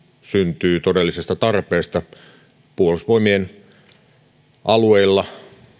syntyy todellisesta tarpeesta puolustusvoi mien alueilla